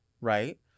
right